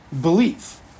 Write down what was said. Belief